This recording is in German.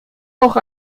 auch